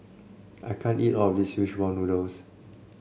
I can't eat all of this fish ball noodles